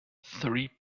three